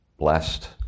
Blessed